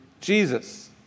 Jesus